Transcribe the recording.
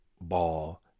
ball